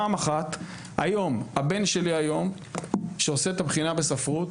היום כשהבן שלי עושה את הבחינה בספרות